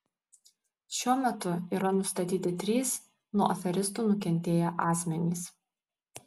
šiuo metu yra nustatyti trys nuo aferistų nukentėję asmenys